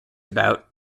about